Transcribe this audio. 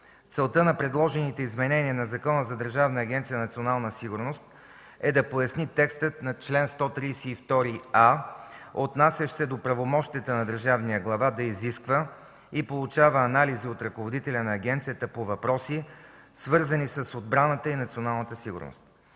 Целта на предложените изменения на Закона за Държавна агенция „Национална сигурност” е да поясни текста на чл. 132а, отнасящ се до правомощията на държавния глава да изисква и получава анализи от ръководителя на агенцията по въпроси, свързани с отбраната и националната сигурност.